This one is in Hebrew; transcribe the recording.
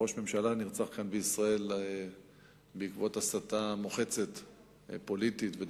ראש ממשלה נרצח כאן בישראל בעקבות הסתה מוחצת כנגדו,